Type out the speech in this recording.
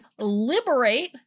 liberate